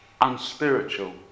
unspiritual